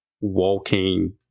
walking